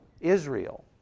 Israel